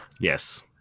Yes